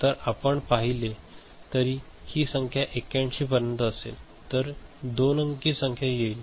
तर आपण पाहिले तर ही संख्या 81 पर्यंत असेल तर 2 अंकी संख्या येईल